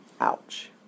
Ouch